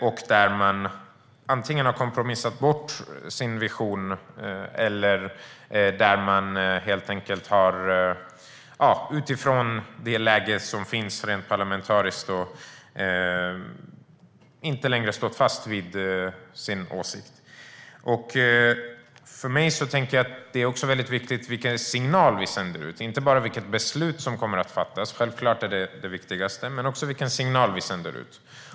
Antingen har man då kompromissat bort sin vision eller utifrån det parlamentariska läge som råder helt enkelt inte längre stått fast vid sin åsikt. Jag tänker att det är viktigt vilken signal vi sänder ut. Det handlar inte bara om vilket beslut som kommer att fattas. Det är självklart det viktigaste, men det är också viktigt vilken signal vi sänder ut.